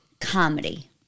comedy